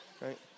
right